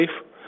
safe